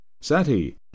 SATI